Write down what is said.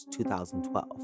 2012